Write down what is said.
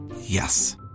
Yes